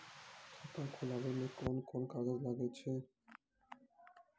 खाता खोलावै मे कोन कोन कागज लागै छै?